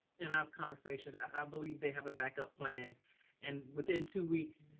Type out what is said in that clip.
and i've conversation, i believe they have a backup plan and within two weeks,